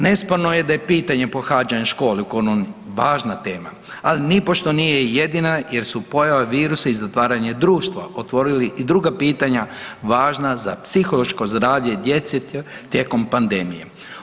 Nesporno je da pitanje pohađanja škole u koroni važna tema, ali nipošto nije jedina jer su pojava virusa i zatvaranje društva otvorili i druga pitanja važna za psihološko zdravlje djece tijekom pandemije.